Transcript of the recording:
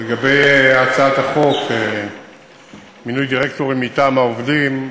לגבי הצעת החוק, מינוי דירקטורים מטעם העובדים,